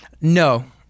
no